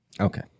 Okay